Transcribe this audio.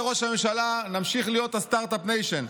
אומר ראש הממשלה: נמשיך להיות הסטרטאפ ניישן.